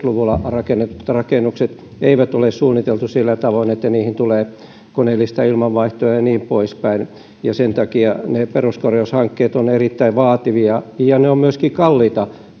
seitsemänkymmentä luvulla rakennetut rakennukset eivät ole suunniteltuja sillä tavoin että niihin tulee koneellista ilmanvaihtoa ja niin poispäin sen takia peruskorjaushankkeet ovat erittäin vaativia ja peruskorjaushankkeet ovat myöskin kalliita